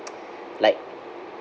like